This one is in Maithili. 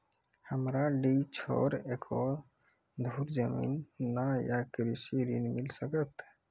हमरा डीह छोर एको धुर जमीन न या कृषि ऋण मिल सकत?